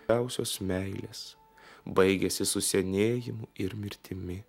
ausios meilės baigiasi su senėjimu ir mirtimi